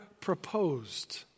proposed